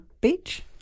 beach